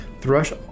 Thrush